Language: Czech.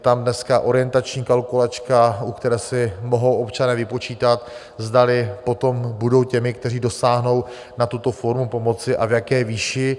Je tam dneska orientační kalkulačka, do které si mohou občané vypočítat, zdali potom budou těmi, kteří dosáhnou na tuto formu pomoci, a v jaké výši.